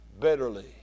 bitterly